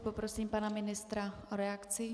Poprosím pana ministra o reakci.